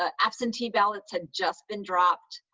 ah absentee ballots had just been dropped,